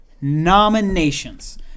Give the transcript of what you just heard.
nominations